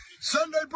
Sunday